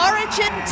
Origin